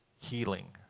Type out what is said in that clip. Healing